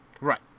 Right